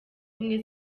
ubumwe